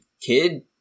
Kid